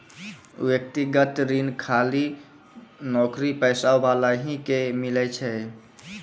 व्यक्तिगत ऋण खाली नौकरीपेशा वाला ही के मिलै छै?